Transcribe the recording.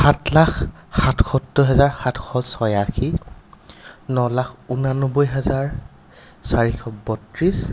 সাত লাখ সাতসত্তৰ হাজাৰ সাতশ ছয়াশী নলাখ ঊনানব্বৈ হাজাৰ চাৰিশ বত্ৰিছ